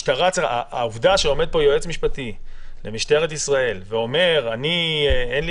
העובדה שאומר פה יועץ משפטי במשטרת ישראל שלא נתנו לו